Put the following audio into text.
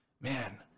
man